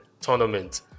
tournament